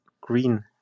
green